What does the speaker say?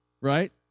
Right